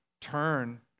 turn